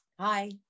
Hi